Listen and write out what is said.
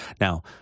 Now